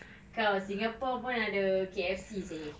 kau singapore pun ada K_F_C seh